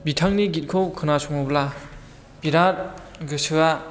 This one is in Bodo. बिथांनि गितखौ खोनासङोब्ला बिराद गोसोआ